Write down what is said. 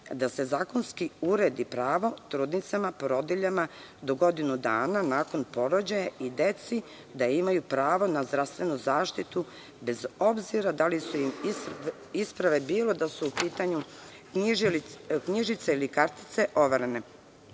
da se zakonski uredi pravo trudnicama, porodiljama, do godinu dana nakon porođaja, i deci da imaju pravo na zdravstvenu zaštitu, bez obzira da li su im isprave, bilo da su u pitanju knjižice ili kartice, overene.